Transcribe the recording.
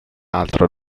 altro